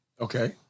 okay